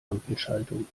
ampelschaltung